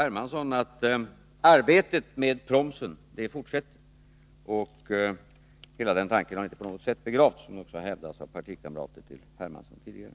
Hermansson att arbetet med promsen fortsätter. Hela den tanken har inte på något sätt begravts, vilket hävdats av partikamrater till herr Hermansson tidigare.